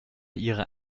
ihrer